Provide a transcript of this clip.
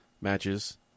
matches